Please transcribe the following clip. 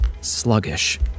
sluggish